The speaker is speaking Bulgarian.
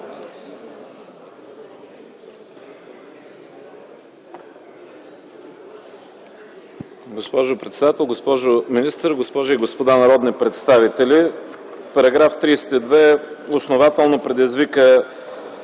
Госпожо председател, госпожо министър, госпожи и господа народни представители! Параграф 32 основателно предизвика